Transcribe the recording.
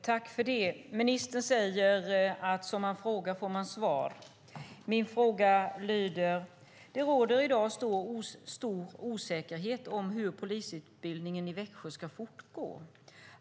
Herr talman! Ministern säger: Som man frågar får man svar. Min fråga lyder: Det råder i dag stor osäkerhet om hur polisutbildningen i Växjö ska fortgå.